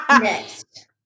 Next